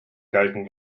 galten